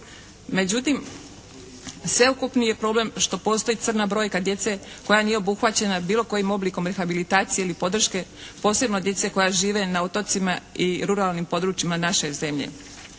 Međutim sveukupni je problem što postoji crna brojka djece koja nije obuhvaćena bilo kojim oblikom rehabilitacije ili podrške, posebno djece koja žive na otocima i ruralnim područjima naše zemlje.